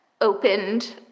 opened